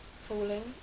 falling